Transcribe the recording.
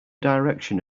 direction